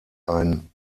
ein